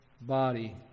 body